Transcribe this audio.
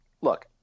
look